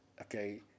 okay